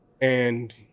And-